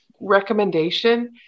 recommendation